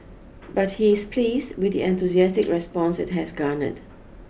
but he is pleased with the enthusiastic response it has garnered